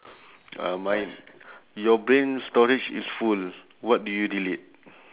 uh mine your brain storage is full what do you delete